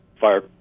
fire